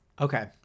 Okay